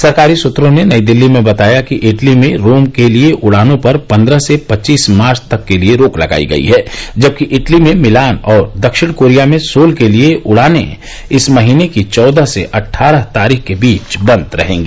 सरकारी सूत्रों ने नई दिल्ली में बताया कि इटली में रोम के लिए उडानों पर पन्द्रह से पच्चीस मार्च तक के लिए रोक लगाई गई है जबकि इटली में मिलान और दक्षिण कोरिया में सोल के लिए उडानें इस महीने की चौदह से अट्ठारह तारीख के बीच बंद रहेंगी